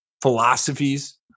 philosophies